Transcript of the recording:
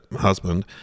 husband